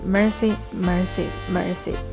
Mercy,Mercy,Mercy